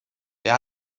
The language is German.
wer